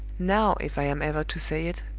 now, if i am ever to say it,